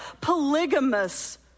polygamous